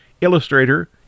Illustrator